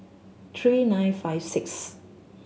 three nine five sixth